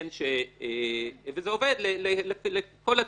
וזה עובד לכל הצדדים.